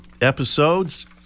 episodes